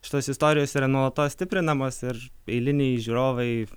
šitos istorijos yra nuolatos stiprinamos ir eiliniai žiūrovai